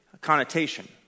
connotation